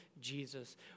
Jesus